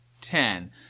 ten